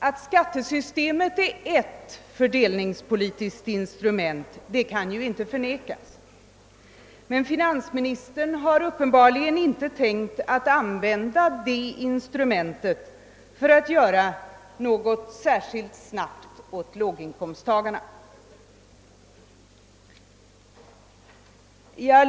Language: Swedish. Att skattesystemet är ett fördelningspolitiskt instrument kan inte förnekas, men finansministern har uppenbarligen inte kunnat använda det instrumentet för att snabbt kunna hjälpa låginkomsttagarna.